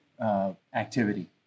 activity